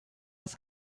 was